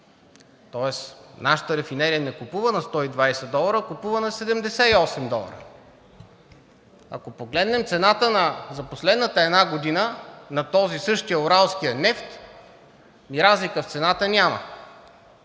тоест нашата рафинерия не купува на 120 долара, а купува на 78 долара. Ако погледнем цената за последната една година на този същия, уралския, нефт, разлика в цената няма.